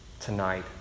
tonight